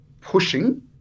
pushing